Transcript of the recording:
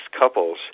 couples